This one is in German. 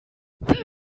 wie